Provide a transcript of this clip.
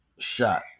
shot